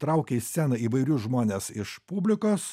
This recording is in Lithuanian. traukia į sceną įvairius žmones iš publikos